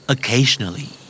Occasionally